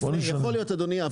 יכול להיות אדוני,